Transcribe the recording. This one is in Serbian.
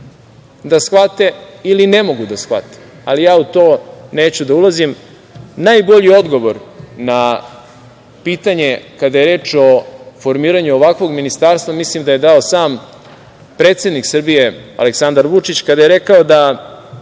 da shvate ili ne mogu da shvate. Ali, ja u to neću da ulazim. Najbolji odgovor na pitanje kada je reč o formiranju ovakvog ministarstva mislim da je dao sam predsednik Srbije, Aleksandar Vučić, kada je rekao da